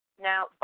Now